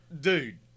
Dude